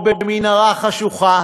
או במנהרה חשוכה,